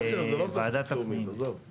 בסדר, זה לא תשתית לאומית, עזוב.